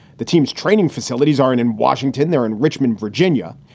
the team's training facilities aren't in washington. they're in richmond, virginia.